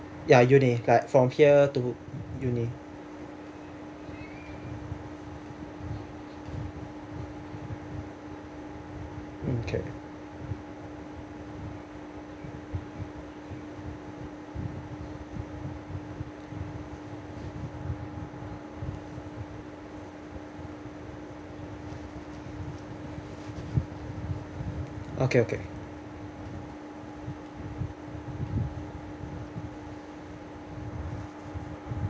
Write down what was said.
ya uni like from here to uni mm okay okay okay